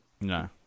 No